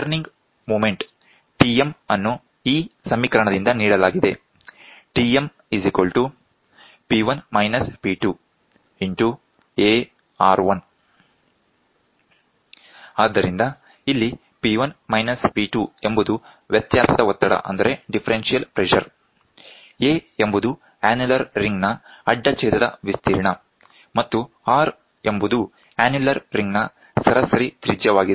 turning moment Tm ಅನ್ನು ಈ ಸಮೀಕರಣದಿಂದ ನೀಡಲಾಗಿದೆ ಆದ್ದರಿಂದ ಇಲ್ಲಿ P1 P2 ಎಂಬುದು ಡಿಫರೆನ್ಷಿಯಲ್ ಒತ್ತಡ A ಎಂಬುದು ಅನ್ಯುಲರ್ ರಿಂಗ್ ನ ಅಡ್ಡ ಛೇದದ ವಿಸ್ತೀರ್ಣ ಮತ್ತು R ಎಂಬುದು ಅನ್ಯುಲರ್ ರಿಂಗ್ ನ ಸರಾಸರಿ ತ್ರಿಜ್ಯವಾಗಿದೆ